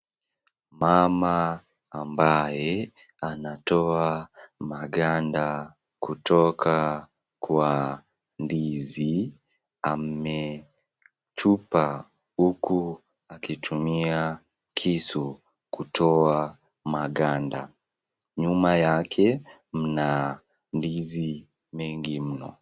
Mama ambaye anatoa maganda kutoka kwa ndizi ametupa uku akitumia kisu kutoa maganda. Nyuma yake mna ndizi mingi mno.